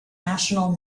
national